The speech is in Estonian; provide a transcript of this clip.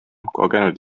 kogenud